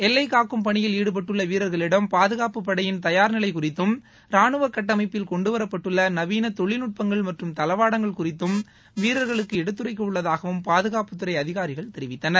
எல்லைக்காக்கும் பணியில் ஈடுபட்டுள்ள வீரர்களிடம் பாதுகாப்புப்படையின் தயார் நிலை குறித்தும் ராணுவக் கட்டமைப்பில் கொண்டுவரப்பட்டுள்ள நவீன தொழில்நுட்பங்கள் மற்றும் தளவாடங்கள் குறித்தும் வீரர்களுக்கு எடுத்துரைக்கவுள்ளதாகவும் பாதுகாப்புத்துறை அதிகாரிகள் தெரிவித்தனர்